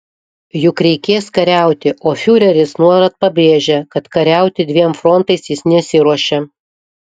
juk reikės kariauti o fiureris nuolat pabrėžia kad kariauti dviem frontais jis nesiruošia